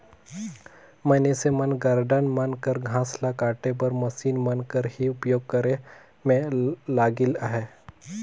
मइनसे मन गारडन मन कर घांस ल काटे बर मसीन मन कर ही उपियोग करे में लगिल अहें